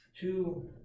two